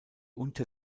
unter